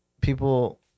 people